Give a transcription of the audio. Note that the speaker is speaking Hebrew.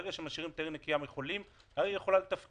ברגע שמשאירים את העיר נקייה מחולים העיר יכולה לתפקד.